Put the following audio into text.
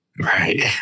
Right